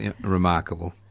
remarkable